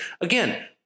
again